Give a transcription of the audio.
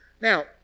Now